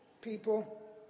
people